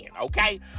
okay